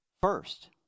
first